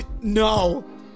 no